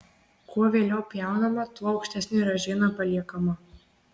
kuo vėliau pjaunama tuo aukštesnė ražiena paliekama